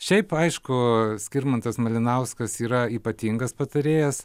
šiaip aišku skirmantas malinauskas yra ypatingas patarėjas